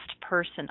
person